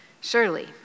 Surely